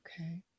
Okay